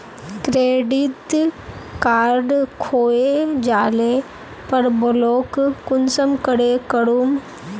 Credit card खोये जाले पर ब्लॉक कुंसम करे करूम?